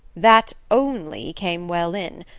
that only came well in.